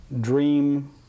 dream